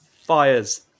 fires